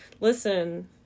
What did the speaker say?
Listen